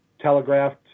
telegraphed